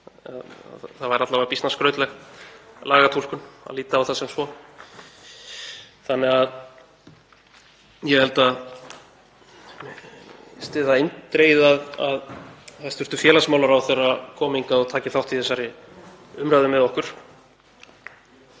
Það væri alla vega býsna skrautleg lagatúlkun að líta á það sem svo. Þannig að ég styð það eindregið að hæstv. félagsmálaráðherra komi hingað og taki þátt í þessari umræðu með okkur.